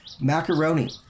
Macaroni